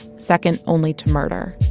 second only to murder